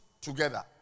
together